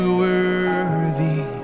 worthy